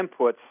inputs